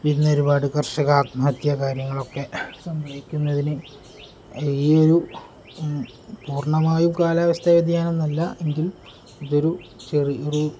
പിന്നെ ഒരുപാട് കർഷക ആത്മഹത്യ കാര്യങ്ങളൊക്കെ സംഭവിക്കുന്നതിന് ഈ ഒരു പൂർണ്ണമായും കാലാവസ്ഥാ വ്യതിയാനമൊന്നുമല്ല എങ്കിൽ ഇതൊരു ചെറിയ ഒരു